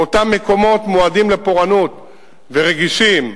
באותם מקומות מועדים לפורענות ורגישים,